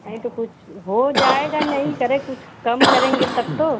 नहीं तो कुछ हो जाएगा नहीं करे कुछ कम करेंगे तब तो